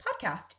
podcast